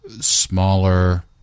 smaller